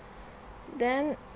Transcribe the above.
then